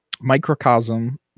microcosm